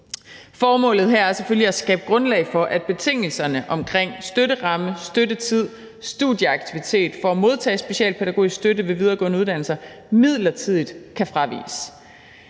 Formålet her er selvfølgelig at skabe grundlag for, at betingelserne omkring støtteramme, støttetid og studieaktivitet for at modtage specialpædagogisk støtte ved videregående uddannelser midlertidigt kan fraviges.